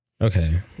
okay